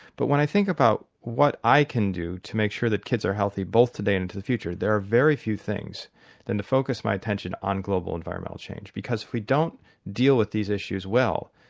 but when i think about what i can do to make sure that kids are healthy both today and into the future, there are very few things than to focus my attention on global environmental change, because if we don't deal with these issues well,